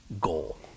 goal